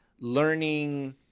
learning